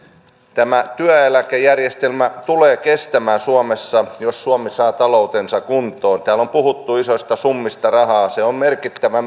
tämä työeläkejärjestelmä tulee kestämään suomessa jos suomi saa taloutensa kuntoon täällä on puhuttu isoista summista rahaa se on merkittävä